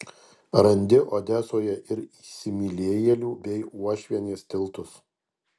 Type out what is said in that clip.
randi odesoje ir įsimylėjėlių bei uošvienės tiltus